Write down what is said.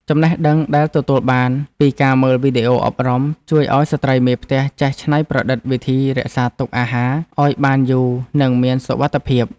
ចំណេះដឹងដែលទទួលបានពីការមើលវីដេអូអប់រំ ជួយឱ្យស្ត្រីមេផ្ទះចេះច្នៃប្រឌិតវិធីរក្សាទុកអាហារឱ្យបានយូរនិងមានសុវត្ថិភាព។